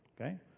okay